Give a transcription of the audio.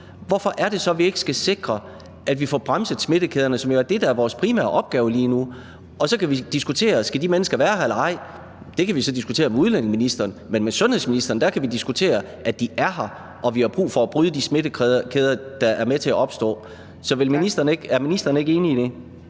er det så, vi ikke skal sikre, at vi får bremset smittekæderne, som jo er det, der er vores primære opgave lige nu? Og så kan vi diskutere, om de mennesker skal være her eller ej. Det kan vi diskutere med udlændinge- og integrationsministeren, men med sundhedsministeren kan vi diskutere, at de er her, og at vi har brug for at bryde de smittekæder, der opstår. Er ministeren ikke enig i det?